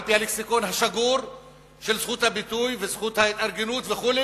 על-פי הלקסיקון השגור של זכות הביטוי וזכות ההתארגנות וכו',